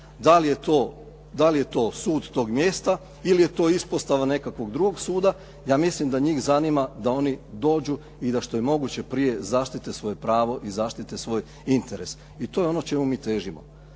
da li je to sud tog mjesta ili je to ispostava nekakvog drugog suda, ja mislim da njih zanima da oni dođu i da što je moguće prije zaštite svoje pravo i zaštite svoj interes i to je ono čemu mi težimo.